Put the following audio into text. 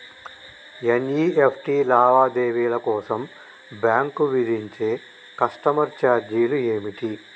NEFT లావాదేవీల కోసం bank విధించే కస్టమర్ ఛార్జీలు ఏమిటి?